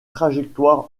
trajectoire